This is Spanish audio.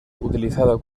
utilizado